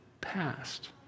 passed